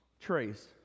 Trace